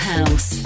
House